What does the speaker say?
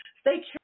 Stay